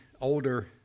older